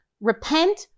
Repent